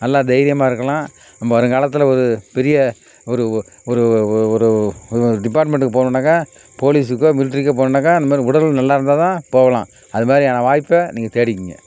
நல்லா தைரியமாக இருக்கலாம் நம்ம வருங்காலத்தில் ஒரு பெரிய ஒரு ஒரு ஒரு ஒரு டிப்பார்ட்மெண்ட்டுக்கு போகணுன்னாக்கா போலீஸுக்கோ மிலிட்டிரிக்கோ போகணுன்னாக்கா இந்த மாதிரி உடல் நல்லா இருந்தால் தான் போகலாம் அது மாதிரியான வாய்ப்பை நீங்கள் தேடிக்கங்க